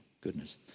goodness